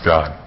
God